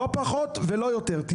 לא פחות ולא יותר.